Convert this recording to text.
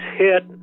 hit